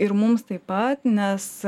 ir mums taip pat nes